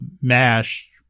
MASH